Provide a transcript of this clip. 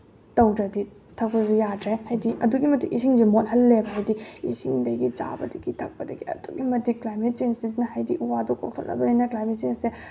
ꯇꯧꯗ꯭ꯔꯗꯤ ꯊꯛꯄꯁꯨ ꯌꯥꯗ꯭ꯔꯦ ꯍꯥꯏꯗꯤ ꯑꯗꯨꯛꯀꯤ ꯃꯇꯤꯛ ꯏꯁꯤꯡꯁꯦ ꯃꯣꯠꯍꯜꯂꯦꯕ ꯍꯥꯏꯗꯤ ꯏꯁꯤꯡꯗꯒꯤ ꯆꯥꯕꯗꯒꯤ ꯊꯛꯄꯗꯒꯤ ꯑꯗꯨꯛꯀꯤ ꯃꯇꯤꯛ ꯀ꯭ꯂꯥꯏꯃꯦꯠ ꯆꯦꯟꯖꯦꯁꯁꯤꯅ ꯍꯥꯏꯗꯤ ꯎ ꯋꯥꯗꯣ ꯀꯣꯛꯊꯠꯂꯕꯅꯤꯅ ꯀ꯭ꯂꯥꯏꯃꯦꯠ ꯆꯦꯟꯖꯁꯦ